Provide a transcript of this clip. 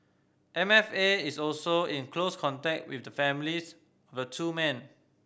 M F A is also in close contact with the families of two men